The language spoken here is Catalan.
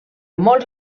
molts